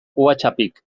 whatsappik